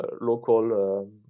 local